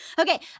Okay